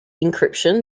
encryption